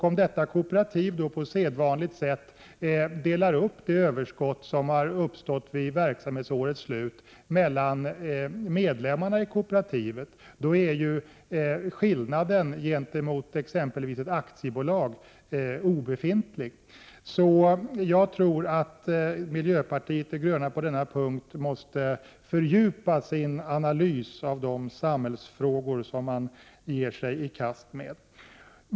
Om detta kooperativ på sedvanligt sätt delar upp det överskott som har uppstått vid verksamhetsårets slut mellan medlemmarna i kooperativet är ju skillnaden gentemot exempelvis ett aktiebolag obefintlig. Miljöpartiet de gröna måste på denna punkt fördjupa sin analys av de samhällsfrågor som dess representanter ger sig i kast med.